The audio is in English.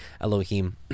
Elohim